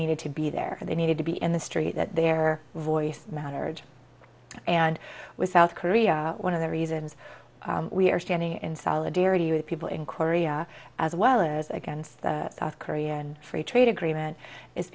needed to be there they needed to be in the street that their voice mannered and with south korea one of the reasons why we are standing in solidarity with people in korea as well as against south korea and free trade agreement is